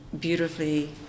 beautifully